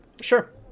Sure